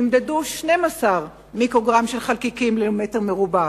נמדדו 12 מיקרוגרם של חלקיקים למטר מעוקב.